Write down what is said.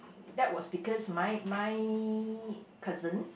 that was because my my cousin